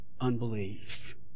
unbelief